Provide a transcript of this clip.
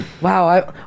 Wow